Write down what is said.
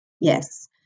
yes